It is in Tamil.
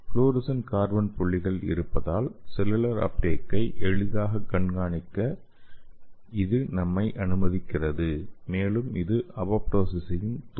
ஃப்ளோரசன்ட் கார்பன் புள்ளிகள் இருப்பதால் செல்லுலார் அப்டேக்கை எளிதாக கண்காணிக்க இது நம்மை அனுமதிக்கிறது மேலும் இது அப்போப்டொசிஸையும் தூண்டும்